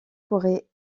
pourrait